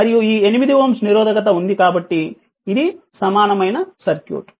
మరియు ఈ 8 Ω నిరోధకత ఉంది కాబట్టి ఇది సమానమైన సర్క్యూట్